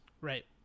Right